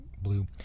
blue